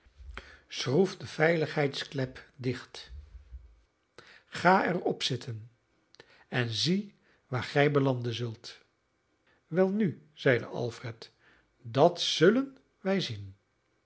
schroef de veiligheidsklep dicht ga er op zitten en zie waar gij belanden zult welnu zeide alfred dat zullen wij zien